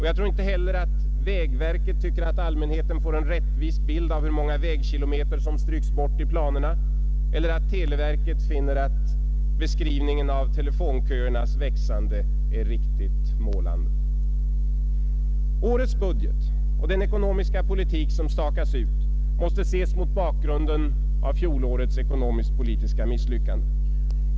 Jag tror inte heller att vägverket tycker att allmänheten får en rättvis bild av hur många vägkilometer som stryks bort i planerna eller att televerket finner att beskrivningen av telefonköernas växande är riktigt målande. Årets budget och den ekonomiska politik som stakats ut måste ses mot bakgrunden av fjolårets ekonomiskt politiska misslyckande.